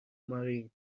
مارین